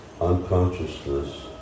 unconsciousness